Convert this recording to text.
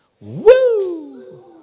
Woo